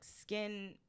skin